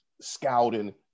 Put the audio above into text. scouting